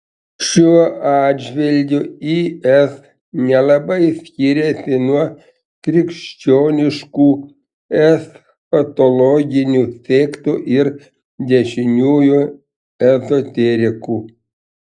šiuo atžvilgiu is nelabai skiriasi nuo krikščioniškų eschatologinių sektų ir dešiniųjų ezoterikų